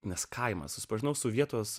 nes kaimas susipažinau su vietos